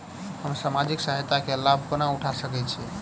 हम सामाजिक सहायता केँ लाभ कोना उठा सकै छी?